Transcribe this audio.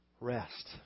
rest